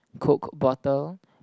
coke bottle